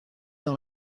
dans